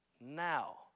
now